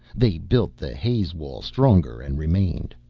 they built the haze wall stronger and remained.